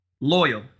Loyal